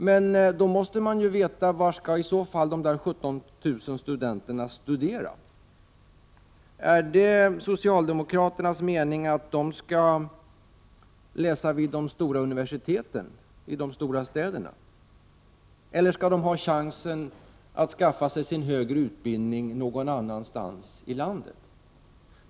Men då måste man veta var de 17 000 studenterna skall studera. Är det socialdemokraternas mening att de skall läsa vid de stora universiteten i de stora städerna? Eller skall de ha chansen att skaffa sig sin högre utbildning någon annan stans i landet?